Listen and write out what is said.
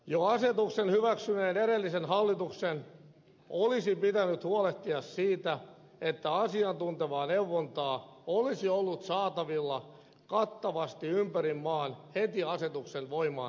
jo asetuksen hyväksyneen edellisen hallituksen olisi pitänyt huolehtia siitä että asiantuntevaa neuvontaa olisi ollut saatavilla kattavasti ympäri maan heti asetuksen voimaan tullessa